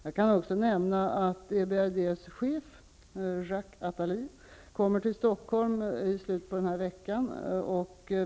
Jag kan också nämna att EBRD:s chef Jacques Attali kommer till Stockholm i slutet av denna vecka.